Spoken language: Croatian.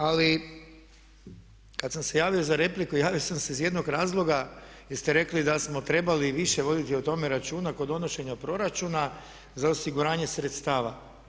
Ali kada sam se javio za repliku, javio sam se iz jednog razloga jer ste rekli da smo trebali više voditi o tome računa kod donošenja proračuna za osiguranje sredstava.